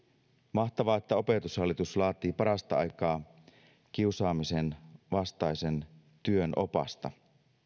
mahtavaa että opetushallitus laatii parasta aikaa kiusaamisen vastaisen työn opasta